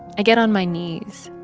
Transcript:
i get on my knees,